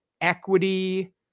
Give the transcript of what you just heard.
equity